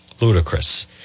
Ludicrous